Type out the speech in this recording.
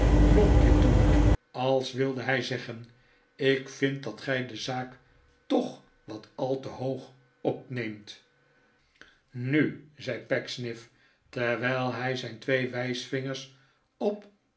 lonkje toe als wilde hij zeggen lk vind dat gij de zaak toch wat al te hoog opneemt nu zei pecksniff terwijl hij zijn twee wijsvingers op